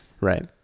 Right